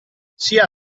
sia